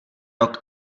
rok